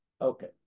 Okay